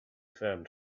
found